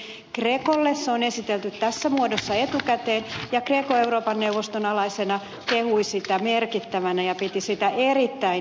grecolle se on esitelty tässä muodossa etukäteen ja greco euroopan neuvoston alaisena kehui sitä merkittävänä ja piti sitä erittäin hyvänä